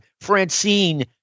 Francine